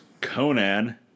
Conan